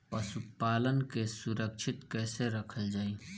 पशुपालन के सुरक्षित कैसे रखल जाई?